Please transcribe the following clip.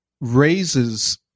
raises